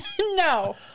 No